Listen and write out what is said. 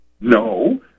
No